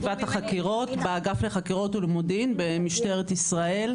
החקירות באגף החקירות והמודיעין במשטרת ישראל.